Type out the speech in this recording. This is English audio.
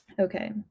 Okay